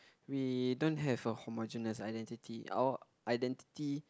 we don't have a homogeneous identity our identity